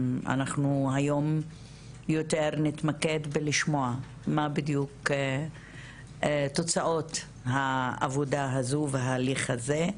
אנחנו היום יותר נתמקד בלשמוע מה בדיוק תוצאות העבודה הזו וההליך הזה,